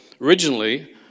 Originally